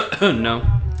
no